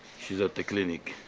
she's at the clinic.